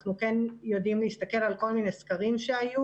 אנחנו כן יודעים להסתכל על כל מיני סקרים שהיו,